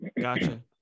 Gotcha